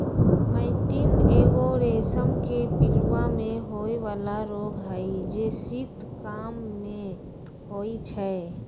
मैटीन एगो रेशम के पिलूआ में होय बला रोग हई जे शीत काममे होइ छइ